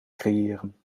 creëren